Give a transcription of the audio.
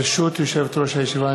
ברשות יושבת-ראש הישיבה,